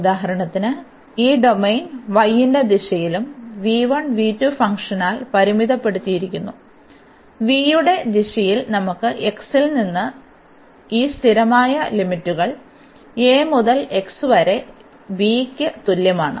ഉദാഹരണത്തിന് ഈ domain y ന്റെ ദിശയിലുള്ള ഫംഗ്ഷനാൽ പരിമിതപ്പെടുത്തിയിരിക്കുന്നു y യുടെ ദിശയിൽ നമുക്ക് x ൽ നിന്നുള്ള ഈ സ്ഥിരമായ ലിമിറ്റുകൾ a മുതൽ x വരെ b ക്ക് തുല്യമാണ്